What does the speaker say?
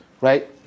right